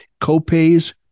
co-pays